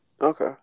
Okay